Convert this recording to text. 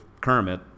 Kermit